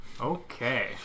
Okay